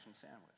sandwich